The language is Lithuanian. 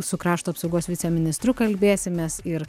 su krašto apsaugos viceministru kalbėsimės ir